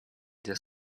для